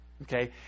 Okay